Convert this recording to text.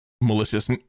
malicious